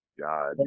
God